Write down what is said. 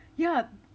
yeah